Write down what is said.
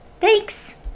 Thanks